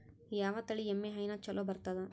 ಯಾವ ತಳಿ ಎಮ್ಮಿ ಹೈನ ಚಲೋ ಬರ್ತದ?